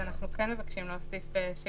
אנחנו מבקשים להוסיף בקשה